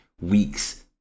weeks